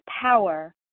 power